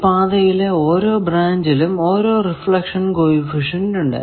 ഈ പാതയിലെ ഓരോ ബ്രാഞ്ചിലും ഓരോ റിഫ്ലക്ഷൻ കോ എഫിഷ്യന്റ് ഉണ്ട്